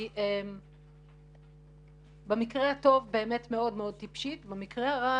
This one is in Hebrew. היא במקרה הטוב מאוד טיפשית ובמקרה הרע